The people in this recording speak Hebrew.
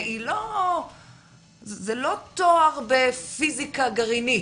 זה לא תואר בפיזיקה גרעינית,